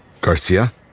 Garcia